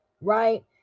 right